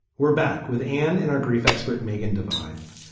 we're back with and in our grief expert, megan divine.